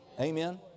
Amen